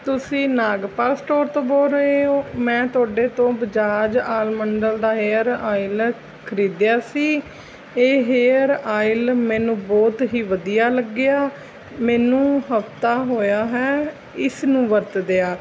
ਤੁਸੀਂ ਨਾਗਪਾਲ ਸਟੋਰ ਤੋਂ ਬੋਲ ਰਹੇ ਹੋ ਮੈਂ ਤੁਹਾਡੇ ਤੋਂ ਬਜਾਜ ਆਲਮੰਡਲ ਦਾ ਏਅਰ ਆਈਲ ਖਰੀਦਿਆ ਸੀ ਇਹ ਹੇਅਰ ਆਇਲ ਮੈਨੂੰ ਬਹੁਤ ਹੀ ਵਧੀਆ ਲੱਗਿਆ ਮੈਨੂੰ ਹਫਤਾ ਹੋਇਆ ਹੈ ਇਸ ਨੂੰ ਵਰਤਦਿਆਂ